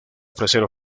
ofrecer